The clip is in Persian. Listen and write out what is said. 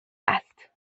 است